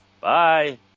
Bye